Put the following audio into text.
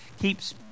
keeps